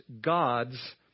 gods